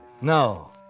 No